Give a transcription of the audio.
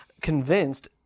convinced